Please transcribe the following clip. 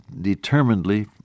determinedly